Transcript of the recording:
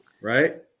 right